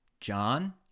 John